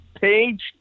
page